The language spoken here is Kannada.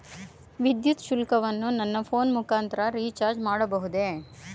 ವಿದ್ಯುತ್ ಶುಲ್ಕವನ್ನು ನನ್ನ ಫೋನ್ ಮುಖಾಂತರ ರಿಚಾರ್ಜ್ ಮಾಡಬಹುದೇ?